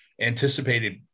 anticipated